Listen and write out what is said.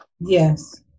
Yes